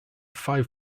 five